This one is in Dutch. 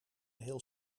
heel